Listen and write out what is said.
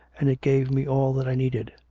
and it gave me all that i needed.